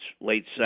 late